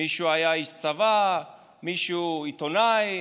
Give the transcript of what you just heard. מישהו היה איש צבא, מישהו עיתונאי.